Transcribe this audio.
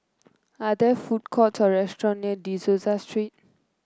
are there food court or restaurant near De Souza Street